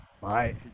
Bye